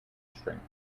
strength